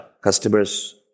Customers